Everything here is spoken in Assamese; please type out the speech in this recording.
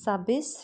ছাব্বিছ